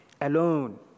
alone